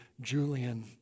Julian